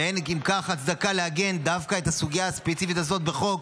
ואין אם כך הצדקה לעגן דווקא את הסוגיה הספציפית הזאת בחוק,